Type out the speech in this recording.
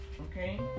Okay